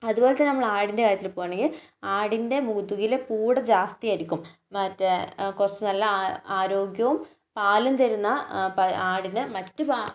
അതു പോലെ തന്നെ നമ്മൾ ആടിൻ്റെ കാര്യത്തിൽ പോകുകയാണെങ്കിൽ ആടിൻ്റെ മുതുകിലെ പൂട ജാസ്തി ആയിരിക്കും മറ്റെ കുറച്ചു നല്ല ആ ആരോഗ്യവും പാലും തരുന്ന പ ആടിന് മറ്റ്